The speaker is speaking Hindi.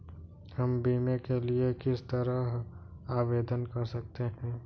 हम बीमे के लिए किस तरह आवेदन कर सकते हैं?